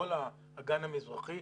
כל האגן המזרחי.